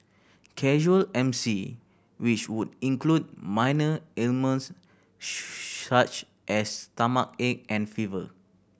casual M C which would include minor ailments such as stomachache and fever